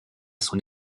son